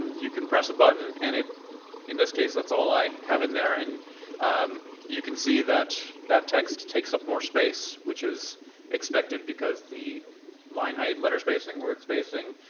you can press a button and in this case, that's all i have in there, and um you can see that that text takes up more space, which is expected, because the line height, letter spacing, word spacing,